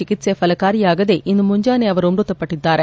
ಚಿಕಿತ್ಸ ಫಲಕಾರಿಯಾಗದೆ ಇಂದು ಮುಂಜಾನೆ ಅವರು ಮೃತಪಟ್ಟಿದ್ದಾರೆ